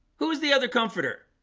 who's the other comforter